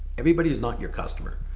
everybody is not your customer.